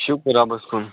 شُکُر رۅبس کُن